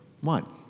One